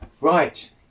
right